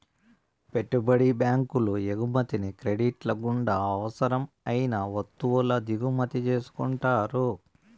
పెట్టుబడి బ్యాంకులు ఎగుమతిని క్రెడిట్ల గుండా అవసరం అయిన వత్తువుల దిగుమతి చేసుకుంటారు